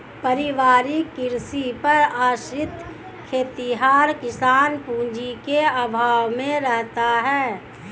पारिवारिक कृषि पर आश्रित खेतिहर किसान पूँजी के अभाव में रहता है